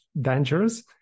dangerous